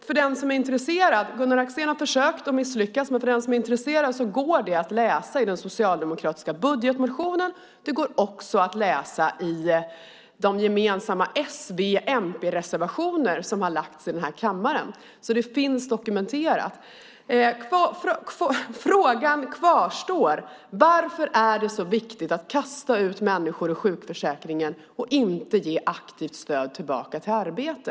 För den som är intresserad - Gunnar Axén har försökt och misslyckats - går det att läsa i den socialdemokratiska budgetmotionen. Det går också att läsa i de gemensamma s-, v och mp-reservationer som har lagts fram i den här kammaren. Det finns alltså dokumenterat. Frågan kvarstår: Varför är det så viktigt att kasta ut människor ur sjukförsäkringen och inte ge dem aktivt stöd för att komma tillbaka till arbete?